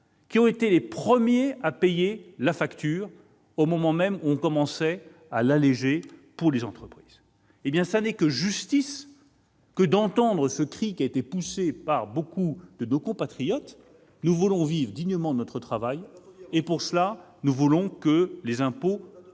qui ont été les premiers à payer la facture, au moment même où l'on commençait à l'alléger pour les entreprises. Ce n'est dès lors que justice d'entendre ce cri poussé par beaucoup de nos compatriotes :« Nous voulons vivre dignement de notre travail et, pour cela, nous voulons que les impôts